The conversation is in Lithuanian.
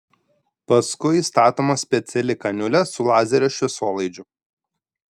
paskui įstatoma speciali kaniulė su lazerio šviesolaidžiu